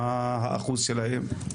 מה האחוז שלהם?